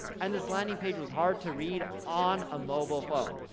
and this landing page was hard to read on a mobile phone,